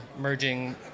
merging